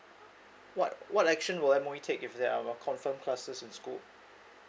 what what action will M_O_E take if there are were confirm clusters in school